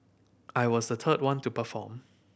I was the third one to perform